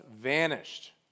vanished